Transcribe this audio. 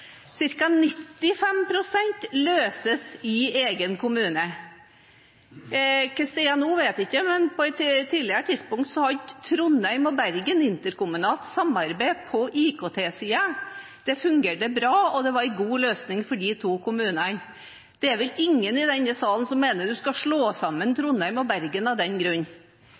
løses i egen kommune. Hvordan det er nå, vet jeg ikke, men på et tidligere tidspunkt hadde Trondheim og Bergen interkommunalt samarbeid på IKT-siden. Det fungerte bra, og det var en god løsning for de to kommunene. Det er vel ingen i denne salen som mener man skal slå sammen Trondheim og Bergen av den grunn.